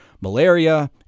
malaria